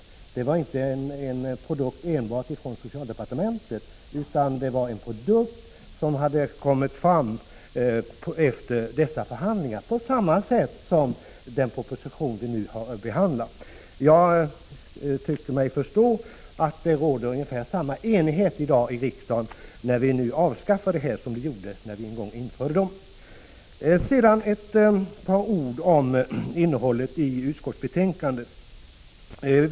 Förslaget var inte en produkt enbart från socialdepartementet, utan det var en produkt som hade kommit fram efter dessa förhandlingar, på samma sätt som den proposition som nu har behandlats. Jag tycker mig förstå att det råder ungefär samma enighet i riksdagen när vi i dag avskaffar de differentierade vårdavgifterna som det gjorde när vi införde dem. Sedan ett par ord om innehållet i utskottsbetänkandet.